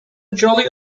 jolly